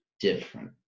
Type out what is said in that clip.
different